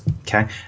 Okay